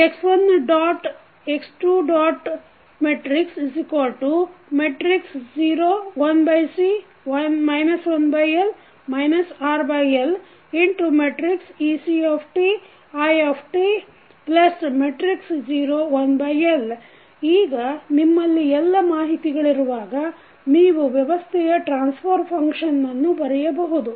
x1 x2 0 1C 1L RL ec i 0 1L ಈಗ ನಿಮ್ಮಲ್ಲಿ ಎಲ್ಲ ಮಾಹಿತಿಗಳಿರುವಾಗ ನೀವು ವ್ಯವಸ್ಥೆಯ ಟ್ರಾನ್ಸಫರ್ ಫಂಕ್ಷನ್ನನ್ನು ಬರೆಯಬಹುದು